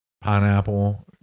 pineapple